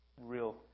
real